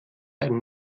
einen